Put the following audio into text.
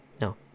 No